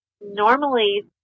normally